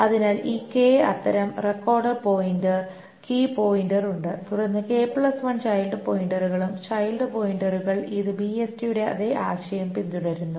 അതിനാൽ ഈ അത്തരം റെക്കോർഡ് പോയിന്റർ കീ പോയിന്റർ ഉണ്ട് തുടർന്ന് ചൈൽഡ് പോയിന്ററുകളും ചൈൽഡ് പോയിന്ററുകൾ ഇത് ബിഎസ്ടിയുടെ അതേ ആശയം പിന്തുടരുന്നു